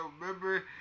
Remember